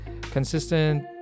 consistent